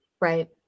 right